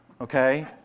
okay